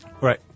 Right